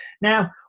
Now